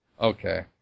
Okay